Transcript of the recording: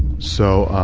so,